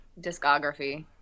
discography